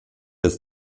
ist